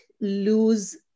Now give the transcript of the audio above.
lose